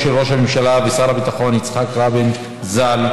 של ראש הממשלה ושר הביטחון יצחק רבין ז"ל,